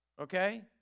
okay